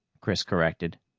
chris corrected.